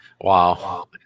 Wow